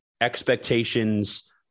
expectations